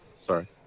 Sorry